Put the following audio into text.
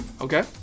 Okay